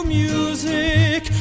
music